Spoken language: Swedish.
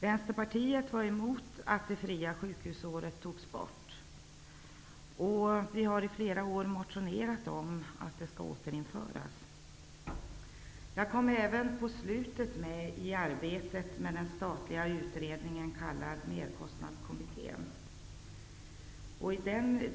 Vänsterpartiet var emot att det fria sjukhusåret togs bort, och vi har i flera år motionerat om att det skall återinföras. Jag kom även med på slutet i arbetet med den statliga utredningen kallad Merkostnadskommittén.